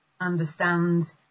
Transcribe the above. understand